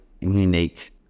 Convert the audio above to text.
unique